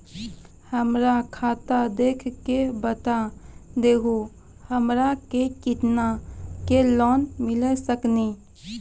हमरा खाता देख के बता देहु हमरा के केतना के लोन मिल सकनी?